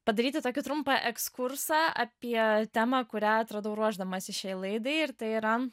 padaryti tokį trumpą ekskursą apie temą kurią atradau ruošdamasi šiai laidai ir tai yra